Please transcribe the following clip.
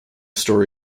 story